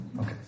Okay